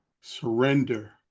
surrender